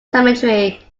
cemetery